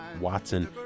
Watson